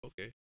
okay